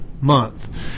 month